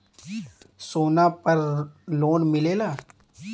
सोना पर लोन मिलेला?